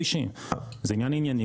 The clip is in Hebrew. זה עניין ענייני,